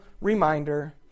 reminder